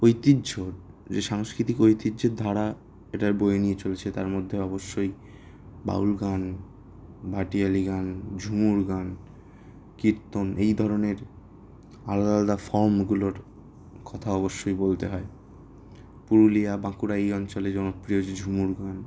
ঐতিহ্য যে সাংস্কৃতিক ঐতিহ্যের ধারা এটার বয়ে নিয়ে চলছে তার মধ্যে অবশ্যই বাউল গান ভাটিয়ালি গান ঝুমুর গান কীর্তন এই ধরনের আলাদা আলাদা ফর্মগুলোর কথা অবশ্যই বলতে হয় পুরুলিয়া বাঁকুড়া এই অঞ্চলে জনপ্রিয় যে ঝুমুর গান